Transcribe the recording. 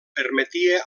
permetia